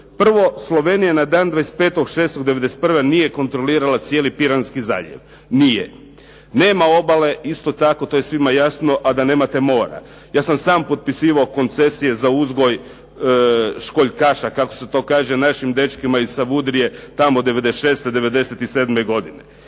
Prvo, Slovenija na dan 25.6.1991. nije kontrolirala cijeli Piranski zaljev. Nije. Nema obale, isto tako to je svima jasno, a da nemate mora. Ja sam sam potpisivao koncesije za uzgoj školjkaša, kako se to kaže, našim dečkima iz Savudrije tamo '96., '97. godine.